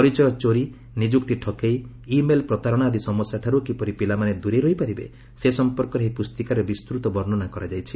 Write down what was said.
ପରିଚୟ ଚୋରି ନିଯୁକ୍ତି ଠକେଇ ଇମେଲ୍ ପ୍ରତାରଣା ଆଦି ସମସ୍ୟାଠାରୁ କିପରି ପିଲାମାନେ ଦୂରେଇ ରହିପାରିବେ ସେ ସଂପର୍କରେ ଏହି ପୁଞ୍ଜିକାରେ ବିସ୍ତୃତ ବର୍ଷ୍ଣନା କରାଯାଇଛି